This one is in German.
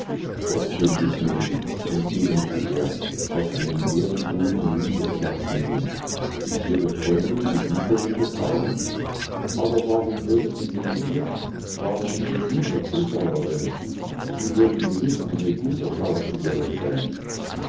trotzdem miß nellie entgegnete er auf einem leeren stuhl neben ihr platz nehmend ist ihre freundin die siegerin des abends aber warum wirkten sie nicht mit warum sind sie nur zuschauerin sie würden gewiß eine gute schauspielerin sein